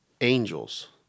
angels